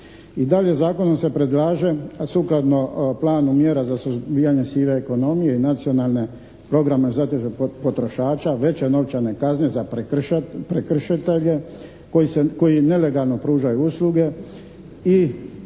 I dalje zakonom se predlaže, a sukladno planu mjera za suzbijanje sive ekonomije i nacionalnog programa zaštite potrošača, veće novčane kazne za prekršitelje koji nelegalno pružaju usluge